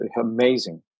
amazing